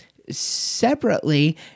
separately